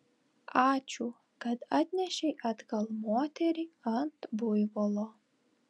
ačiū kad atnešei atgal moterį ant buivolo